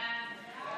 ההצעה